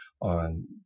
on